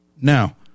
Now